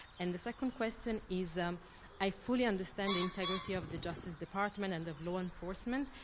and the second question is um i fully understand integrity of the justice department and of law enforcement,